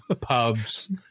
pubs